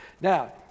now